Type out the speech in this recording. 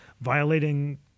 violating